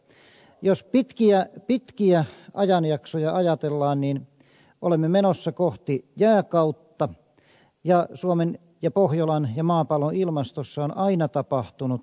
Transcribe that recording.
elikkä jos pitkiä ajanjaksoja ajatellaan niin olemme menossa kohti jääkautta ja suomen ja pohjolan ja maapallon ilmastossa on aina tapahtunut vaihteluita